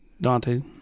Dante